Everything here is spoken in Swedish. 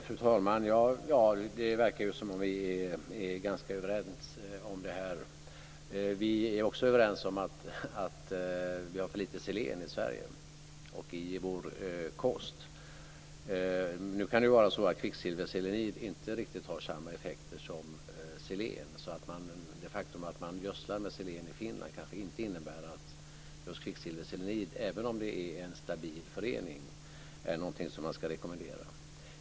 Fru talman! Det verkar som om vi är ganska överens om detta. Vi är också överens om att vi har för lite selen i Sverige och i vår kost. Nu kan det vara så att kvicksilverselenid inte har riktigt samma effekter som selen. Det faktum att man gödslar med selen i Finland innebär kanske inte att just kvicksilverselenid är någonting som man ska rekommendera, även om det är en stabil förening.